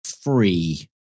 free